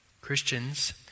Christians